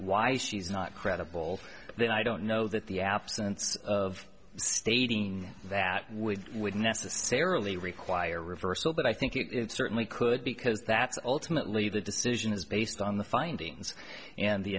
why she's not credible then i don't know that the absence of stating that would would necessarily require reversal but i think it certainly could because that's ultimately the decision is based on the findings and the